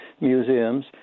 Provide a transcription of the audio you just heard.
museums